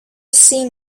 seen